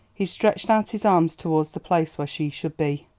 he stretched out his arms towards the place where she should be.